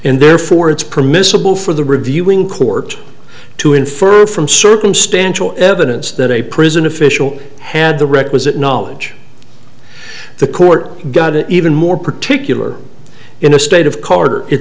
and therefore it's permissible for the reviewing court to infer from circumstantial evidence that a prison official had the requisite knowledge the court got it even more particular in a state of carter it